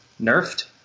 nerfed